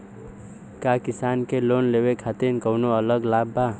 का किसान के लोन लेवे खातिर कौनो अलग लाभ बा?